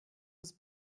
was